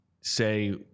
say